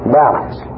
balance